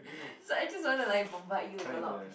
so I just wanna like bombard you with a lot of questions